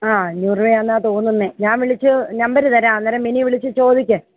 ആ അഞ്ഞൂറ് രൂപ ആണെന്നാണ് തോന്നുന്നത് ഞാൻ വിളിച്ച് നംബർ തരാം അന്നേരം മിനി വിളിച്ച് ചോദിക്ക്